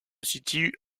situe